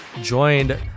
joined